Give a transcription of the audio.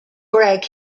greg